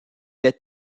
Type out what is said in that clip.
est